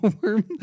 worm